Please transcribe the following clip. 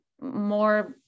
more